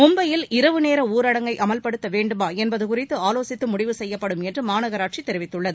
மும்பையில் இரவு நேர ஊரடங்கை அமல்படுத்த வேண்டுமா என்பது குறித்து ஆலோசித்து முடிவு செய்யப்படும் என்று மாநகராட்சி தெரிவித்துள்ளது